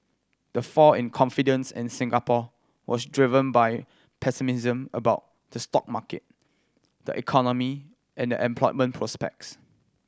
the fall in confidence in Singapore was driven by pessimism about the stock market the economy and the employment prospects